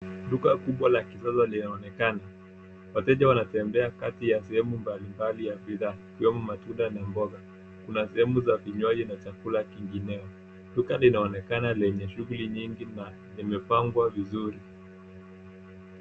Duka kubwa la kisasa linaonekana. Wateja wanatembea kati ya sehemu mbalimbali ya bidhaa ikiwemo matunda na mboga. Kuna sehemu za vinywaji na chakula kingineo. Duka linaonekana lenye shughuli nyingi na imepangwa vizuri.